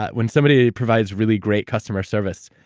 ah when somebody provides really great customer service,